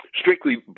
strictly